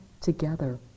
together